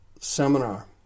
seminar